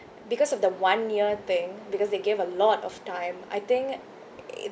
because of the one year thing because they give a lot of time I think